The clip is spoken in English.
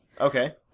Okay